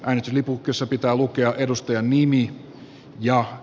äänestyslipukkeessa pitää lukea edustajan nimi